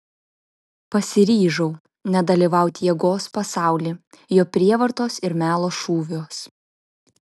pasiryžau nedalyvaut jėgos pasauly jo prievartos ir melo šūviuos